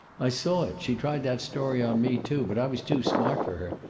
i saw it. she tried that story on me, too. but i was too smart for her.